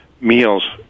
meals